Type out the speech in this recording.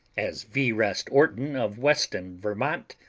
as vrest orton of weston vermont,